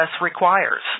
requires